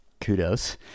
kudos